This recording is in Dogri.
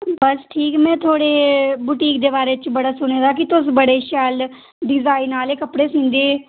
बस ठीक में थुआढ़ी बुटीक दे बारे च बड़ा सुने दा कि तुस बड़े शैल डिजाइन आह्ले कपड़े सींदे